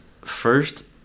first